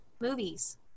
movies